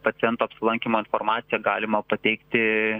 paciento apsilankymo informaciją galima pateikti